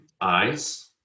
eyes